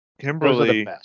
Kimberly